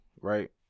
right